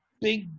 big